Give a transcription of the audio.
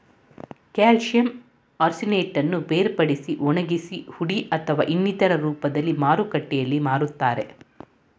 calcium ಆರ್ಸಿನೇಟನ್ನು ಬೇರ್ಪಡಿಸಿ ಒಣಗಿಸಿ ಹುಡಿ ಅಥವಾ ಇನ್ನಿತರ ರೂಪ್ದಲ್ಲಿ ಮಾರುಕಟ್ಟೆಲ್ ಮಾರ್ತರೆ